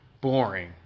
boring